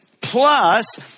plus